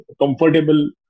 comfortable